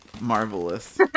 marvelous